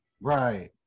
right